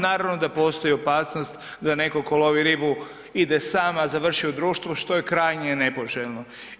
Naravno da postoji opasnost da netko tko lovi ribu ide sam, a završi u društvu što je krajnje nepoželjno.